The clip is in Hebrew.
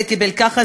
זה קיבל ככה,